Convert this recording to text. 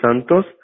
Santos